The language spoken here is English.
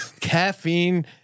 Caffeine